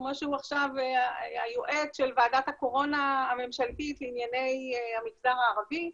כמו שהוא עכשיו היועץ של ועדת הקורונה הממשלתית לענייני המגזר הערבי,